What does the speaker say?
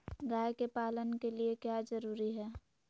गाय के पालन के लिए क्या जरूरी है?